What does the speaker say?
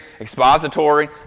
expository